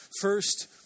first